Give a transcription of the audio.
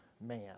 man